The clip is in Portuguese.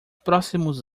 próximos